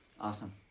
Awesome